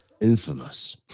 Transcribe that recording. infamous